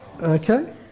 Okay